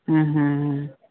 ହଁ ହଁ